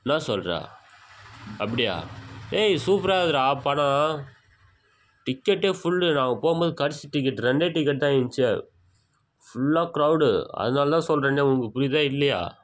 என்ன சொல்றே அப்படியா ஏய் சூப்பராக இருக்குதுடா படம் டிக்கெட்டே ஃபுல்லு நாங்கள் போகும்போது கடைசி டிக்கெட்டு ரெண்டே டிக்கெட் தான் இருந்துச்சே ஃபுல்லாக க்ரௌடு அதனால தான் சொல்றேண்டா உனக்கு புரியுதா இல்லையா